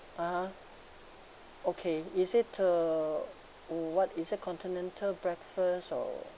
(uh huh) okay is it uh what is it continental breakfast or